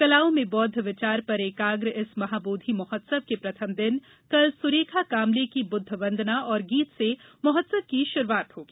कलाओं में बौद्ध विचार पर एकाग्र इस महाबोधि महोत्सव के प्रथम दिन कल सुरेखा कामले की बुद्ध वंदना और गीत से महोत्सव की शुरुआत होगी